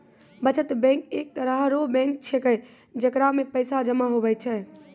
बचत बैंक एक तरह रो बैंक छैकै जेकरा मे पैसा जमा हुवै छै